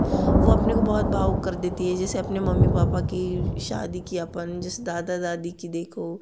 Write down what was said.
वह अपने को बहुत भाव कर देती हैं जिसे अपने मम्मी पापा की शादी किया पर जी दादा दादी की देखो